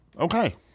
Okay